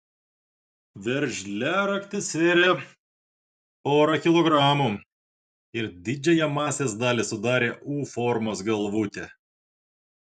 veržliaraktis svėrė porą kilogramų ir didžiąją masės dalį sudarė u formos galvutė